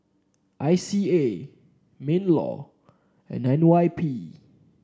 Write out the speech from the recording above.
I C A Minlaw and N Y P